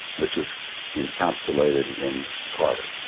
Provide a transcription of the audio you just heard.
which is encapsulated in carter,